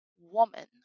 woman